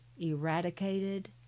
eradicated